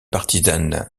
partisane